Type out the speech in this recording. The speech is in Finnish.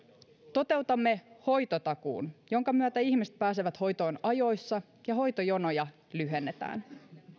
toteutamme hoitotakuun jonka myötä ihmiset pääsevät hoitoon ajoissa ja hoitojonoja lyhennetään